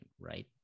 right